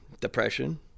depression